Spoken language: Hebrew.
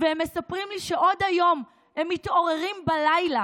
והם מספרים לי שגם היום הם מתעוררים בלילה